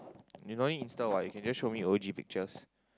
you no need Insta what you can just show me O_G pictures